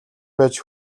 байж